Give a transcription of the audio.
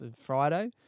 friday